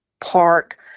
Park